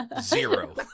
Zero